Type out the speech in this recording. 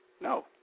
No